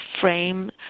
frame